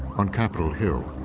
on capitol hill,